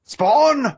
Spawn